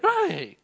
right